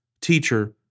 Teacher